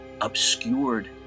obscured